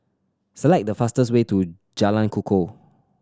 select the fastest way to Jalan Kukoh